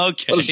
Okay